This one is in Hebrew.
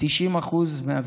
90% מהוויכוחים.